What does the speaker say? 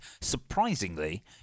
surprisingly